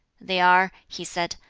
they are, he said,